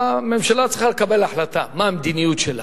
הממשלה צריכה לקבל החלטה מה המדיניות שלה,